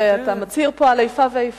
אתה מצהיר פה על איפה ואיפה.